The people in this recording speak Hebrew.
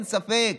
אין ספק,